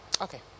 Okay